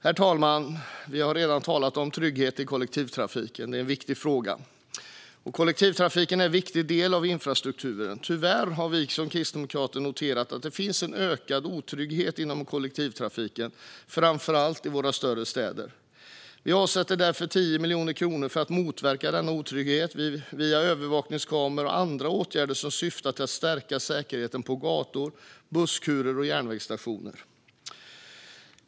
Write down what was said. Herr talman! Vi har redan talat om trygghet i kollektivtrafiken. Det är en viktig fråga; kollektivtrafiken är en viktig del av infrastrukturen. Tyvärr har vi kristdemokrater noterat att det finns en ökad otrygghet inom kollektivtrafiken, framför allt i våra större städer. Vi avsätter därför 10 miljoner kronor för att motverka denna otrygghet via övervakningskameror och andra åtgärder som syftar till att stärka säkerheten på gator, i busskurer och på järnvägsstationer.